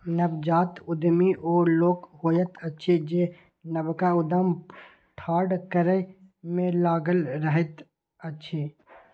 नवजात उद्यमी ओ लोक होइत अछि जे नवका उद्यम ठाढ़ करै मे लागल रहैत अछि